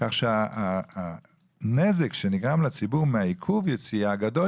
אז הנזק שנגרם לציבור מעיכוב היציאה גדול